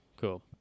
Cool